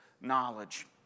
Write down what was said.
knowledge